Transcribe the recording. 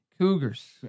Cougars